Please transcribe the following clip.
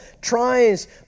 tries